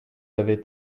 avez